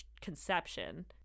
conception